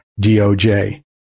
DOJ